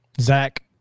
Zach